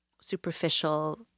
superficial